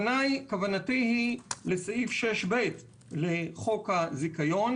כוונתי היא לסעיף 6ב לחוק הזיכיון,